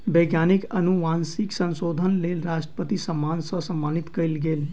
वैज्ञानिक अनुवांशिक संशोधनक लेल राष्ट्रपति सम्मान सॅ सम्मानित कयल गेल